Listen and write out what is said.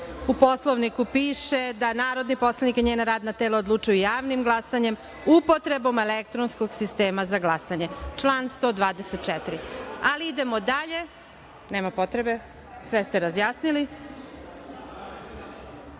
U Poslovniku piše da narodni poslanici i radna tela odlučuju javnim glasanjem, upotrebom elektronskog sistema za glasanje, član 124. Ali, idemo dalje. Sve ste razjasnili. Reč